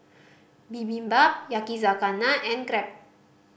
Bibimbap Yakizakana and Crepe